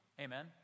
amen